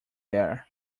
there